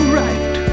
right